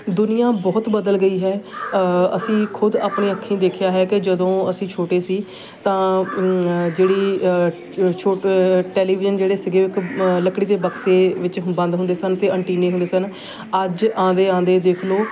ਦੁਨੀਆ ਬਹੁਤ ਬਦਲ ਗਈ ਹੈ ਅਸੀਂ ਖੁਦ ਆਪਣੇ ਅੱਖੀਂ ਦੇਖਿਆ ਹੈ ਕਿ ਜਦੋਂ ਅਸੀਂ ਛੋਟੇ ਸੀ ਤਾਂ ਜਿਹੜੀ ਟੈਲੀਵਿਜ਼ਨ ਜਿਹੜੇ ਸੀਗੇ ਇੱਕ ਲੱਕੜੀ ਦੇ ਬਕਸੇ ਵਿੱਚ ਬੰਦ ਹੁੰਦੇ ਸਨ ਅਤੇ ਅੰਟੀਨੇ ਹੁੰਦੇ ਸਨ ਅੱਜ ਆਉਂਦੇ ਆਉਂਦੇ ਦੇਖ ਲਉ